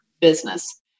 business